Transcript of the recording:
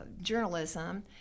journalism